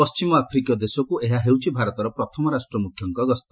ପଣ୍ଟିମ ଆଫ୍ରିକୀୟ ଦେଶକୁ ଏହା ହେଉଛି ଭାରତର ପ୍ରଥମ ରାଷ୍ଟ୍ରମୁଖ୍ୟଙ୍କ ଗସ୍ତ